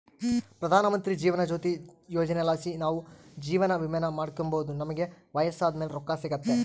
ಪ್ರಧಾನಮಂತ್ರಿ ಜೀವನ ಜ್ಯೋತಿ ಯೋಜನೆಲಾಸಿ ನಾವು ಜೀವವಿಮೇನ ಮಾಡಿಕೆಂಬೋದು ನಮಿಗೆ ವಯಸ್ಸಾದ್ ಮೇಲೆ ರೊಕ್ಕ ಸಿಗ್ತತೆ